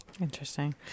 interesting